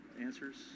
answers